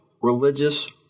religious